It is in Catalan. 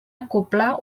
acoblar